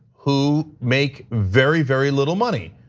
who make very, very little money.